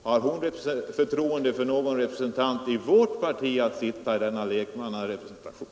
Har hon förtroende för någon representant för vårt parti när det gäller att sitta i denna lekmannarepresentation?